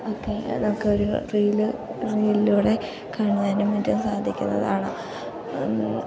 ഒക്കെ അതൊക്കെയൊരു റീൽ റീലിലൂടെ കാണുവാനും മറ്റും സാധിക്കുന്നതാണ്